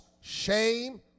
shame